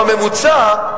בממוצע,